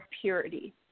purity